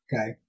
Okay